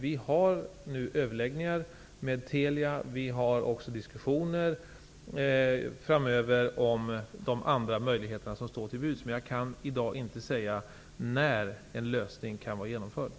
Vi har överläggningar med Telia, och vi för diskussioner framöver om de andra möjligheter som står till buds. Jag kan i dag inte säga när en lösning möjligen kan nås.